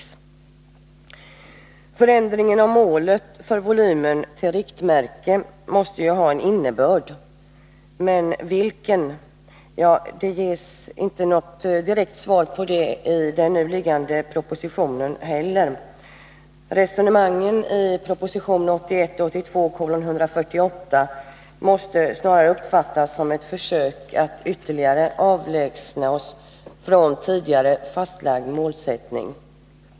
Att målet för produktionsvolymen ändrats till att utgöra ett riktmärke måste ju ha en innebörd. Vilken? Det ges inte något direkt svar på det i den nu föreliggande propositionen 1981/82:148. Resonemangen i den måste snarare uppfattas som ett försök att ytterligare avlägsna oss från tidigare fastlagd målsättning.